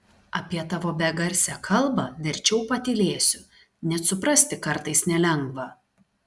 apie tavo begarsę kalbą verčiau patylėsiu net suprasti kartais nelengva